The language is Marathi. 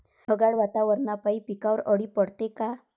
ढगाळ वातावरनापाई पिकावर अळी पडते का?